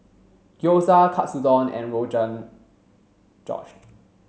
Gyoza Katsudon and Rogan Josh